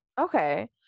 okay